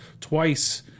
Twice